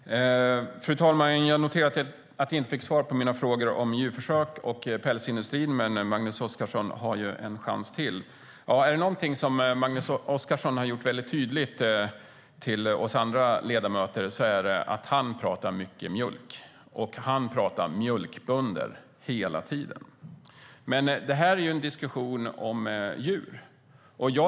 Fru talman! Jag noterar att jag inte fick svar på mina frågor om djurförsök och pälsindustrin, men Magnus Oscarsson har en chans till. Är det någonting som Magnus Oscarsson har gjort väldigt tydligt för oss andra ledamöter är det att han talar mycket om mjölk och att han hela tiden talar om mjölkbönder. Detta är en diskussion om djur.